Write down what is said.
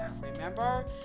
remember